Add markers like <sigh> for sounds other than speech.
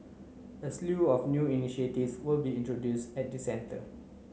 a slew of new <unintelligible> will be introduced at the centre